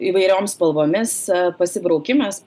įvairiom spalvomis pasibraukimas